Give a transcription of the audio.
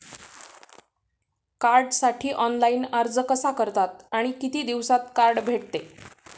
कार्डसाठी ऑनलाइन अर्ज कसा करतात आणि किती दिवसांत कार्ड भेटते?